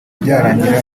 byarangira